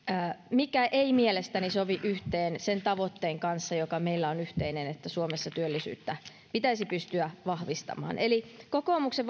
mikä ei mielestäni sovi yhteen sen tavoitteen kanssa joka meillä on yhteinen että suomessa työllisyyttä pitäisi pystyä vahvistamaan eli kokoomuksen